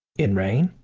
in rain?